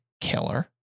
killer